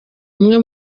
umwe